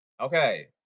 Okay